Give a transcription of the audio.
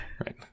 Right